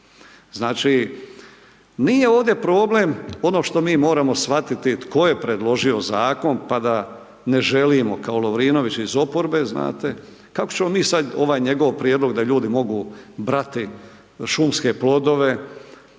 Znači, nije ovdje problem ono što mi moramo shvatiti tko je predložio Zakon, pa da ne želimo kao Lovrinović iz oporbe, znate, kako ćemo mi sad ovaj njegov prijedlog da ljudi mogu brati šumske plodove